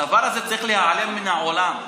הדבר הזה צריך להיעלם מן העולם.